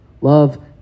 Love